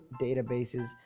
databases